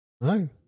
No